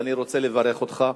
ואני רוצה לברך אותך.